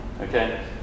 Okay